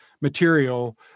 material